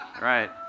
right